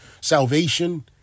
Salvation